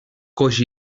coix